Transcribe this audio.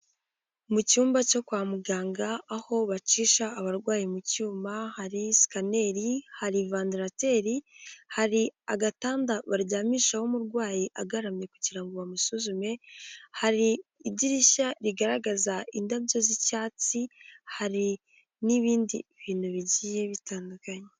Mu cyumba cyo kwa muganga aho bacisha abarwayi mu cyuma, hari sikaneri hari vandarateri hari agatanda baryamishaho umurwayi agaramye kugira ngo bamusuzume, hari idirishya rigaragaza indabyo z'icyatsi hari n'ibindi bintu bigiye bitandukanye.